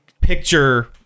picture